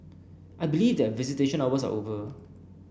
I believe that visitation hours are over